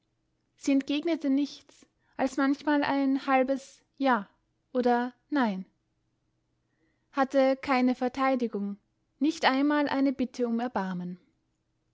sie entgegnete nichts als manchmal ein halbes ja oder nein hatte keine verteidigung nicht einmal eine bitte um erbarmen